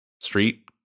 street